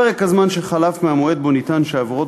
פרק הזמן שחלף מהמועד שבו נטען שהעבירות